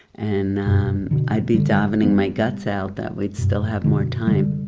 and i'd be davening my guts out that we'd still have more time